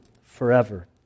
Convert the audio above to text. forever